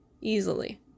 Easily